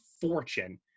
fortune